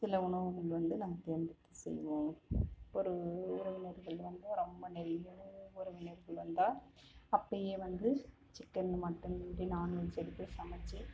சில உணவுகள் வந்து நாங்கள் தேர்ந்தெடுத்து செய்வோம் ஒரு உறவினர்கள் வந்து ரொம்ப நெருங்கிய உறவினர்கள் வந்தால் அப்பேயே வந்து சிக்கன் மட்டன் இப்படி நான் வெஜ் எடுத்து சமச்சு